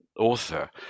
author